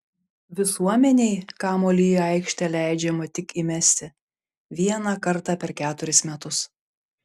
visuomenei kamuolį į aikštę leidžiama tik įmesti vieną kartą per keturis metus